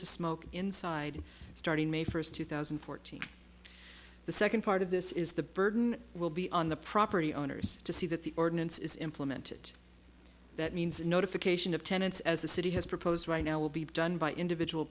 to smoke inside starting may first two thousand and fourteen the second part of this is the burden will be on the property owners to see that the ordinance is implemented that means notification of tenants as the city has proposed right now will be done by individual